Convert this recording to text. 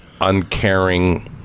uncaring